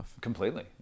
completely